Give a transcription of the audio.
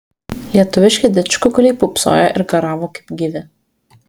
lietuviški didžkukuliai pūpsojo ir garavo kaip gyvi